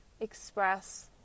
express